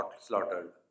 slaughtered